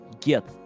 get